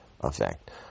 effect